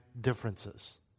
differences